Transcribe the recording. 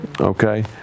Okay